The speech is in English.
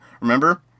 Remember